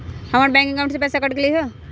हमर bank account से पैसा कट सकलइ ह?